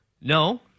No